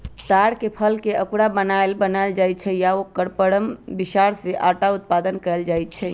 तार के फलके अकूरा बनाएल बनायल जाइ छै आ एकर परम बिसार से अटा उत्पादन कएल जाइत हइ